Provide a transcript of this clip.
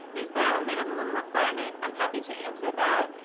and is there a minimum requirement? i'm happy to answer that.